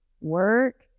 work